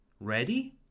Ready